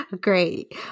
Great